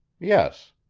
yes.